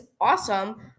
awesome